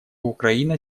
украина